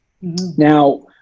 now